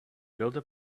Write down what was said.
builder